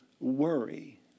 worry